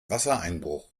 wassereinbruch